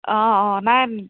অঁ অঁ নাই